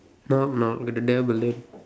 knock knock got the devil lid